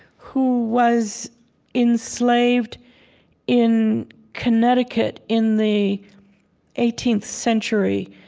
who was enslaved in connecticut in the eighteenth century.